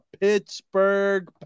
Pittsburgh